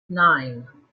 nine